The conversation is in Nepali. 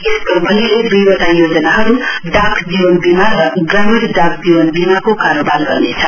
यस कम्पनीले दुइवटा योजनाहरू डाक जीवन बीमा र ग्रामीण डाक डीवन बीमाको कारोबार गर्नेछ